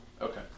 Okay